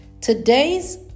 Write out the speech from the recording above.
Today's